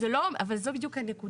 זה לא, אבל זו בדיוק הנקודה.